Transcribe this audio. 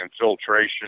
infiltration